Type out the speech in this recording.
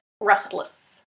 restless